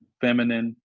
feminine